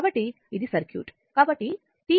కాబట్టి ఇది సర్క్యూట్